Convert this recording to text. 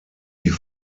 die